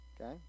Okay